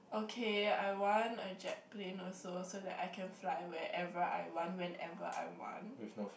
okay I want a jet plane also so that I can fly wherever I want whenever I want